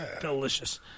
Delicious